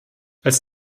als